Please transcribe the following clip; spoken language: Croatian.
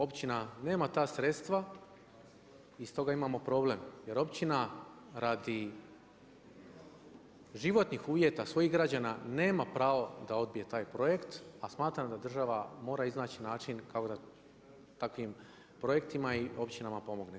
Općina nema ta sredstva i stoga imamo problem jer općina radi životnih uvjeta svojih građana nema pravo da odbije taj projekt, a smatram da država mora iznaći način kako da takvim projektima i općinama pomogne.